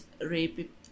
rape